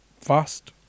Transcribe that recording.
fast